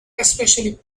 especially